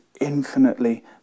infinitely